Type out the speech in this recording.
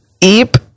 eep